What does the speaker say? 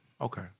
Okay